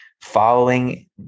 Following